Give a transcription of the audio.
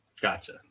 Gotcha